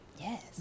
Yes